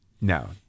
No